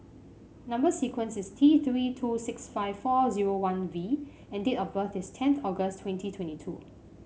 number sequence is T Three two six five four zero one V and date of birth is tenth August twenty twenty two